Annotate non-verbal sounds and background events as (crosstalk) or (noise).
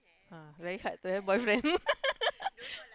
ah very hard to have boyfriend (laughs)